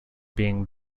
being